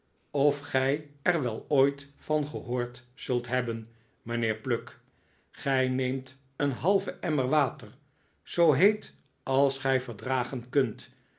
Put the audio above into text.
of gij er wel ooit van gehoord zult hebben mijnheer pluck gij neemt een halven emmer water zoo heet als gij verdragen kunt